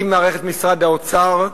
עם מערכת משרד האוצר,